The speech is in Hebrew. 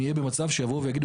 נהיה במצב שיבואו ויגידו,